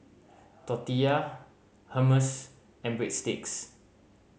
Tortillas Hummus and Breadsticks